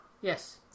Yes